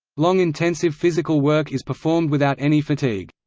long intensive physical work is performed without any fatigue.